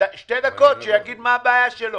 לשתי דקות, שיגיד מה הבעיה שלו.